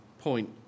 point